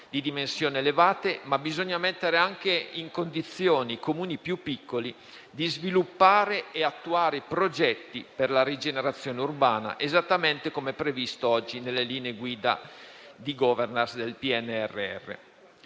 di dimensioni elevate, ma bisogna mettere anche in condizioni i Comuni più piccoli di sviluppare e attuare i progetti per la rigenerazione urbana, esattamente come previsto oggi nelle linee guida di *governance* del PNRR.